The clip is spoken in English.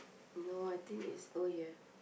no I think is oh ya